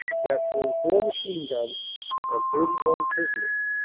ca ptur ing four machine-guns and thirty one prisoners,